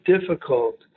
difficult